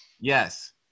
Yes